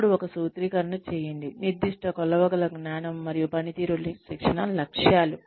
అప్పుడు ఒక సూత్రీకరణ చేయండి నిర్దిష్ట కొలవగల జ్ఞానం మరియు పనితీరు శిక్షణ లక్ష్యాలు